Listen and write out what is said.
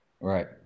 Right